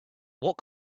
what